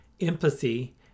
empathy